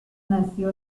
nació